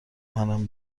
منم